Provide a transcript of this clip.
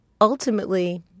Ultimately